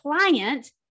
client